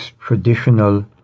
traditional